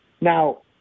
Now